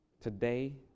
today